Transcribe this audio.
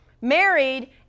married